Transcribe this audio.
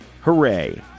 Hooray